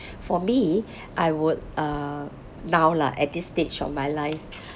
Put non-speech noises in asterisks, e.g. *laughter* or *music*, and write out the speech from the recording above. *breath* for me *breath* I would uh now lah at this stage of my life *breath*